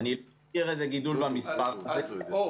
אני לא מכיר את הגידול במספר, את הפער.